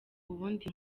ubundi